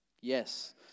Yes